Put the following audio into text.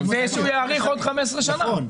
הוא יאריך עוד 15 שנים.